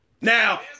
Now